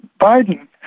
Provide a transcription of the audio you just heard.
Biden